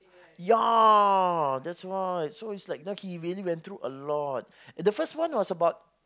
ya that's why so it's like like he really went through a lot the first one was about